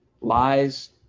lies